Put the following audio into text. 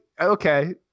Okay